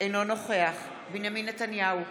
אינו נוכח בנימין נתניהו,